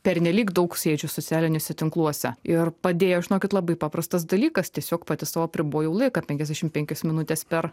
pernelyg daug sėdžiu socialiniuose tinkluose ir padėjo žinokit labai paprastas dalykas tiesiog pati sau apribojau laiką penkiasdešim penkias minutes per